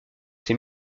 ses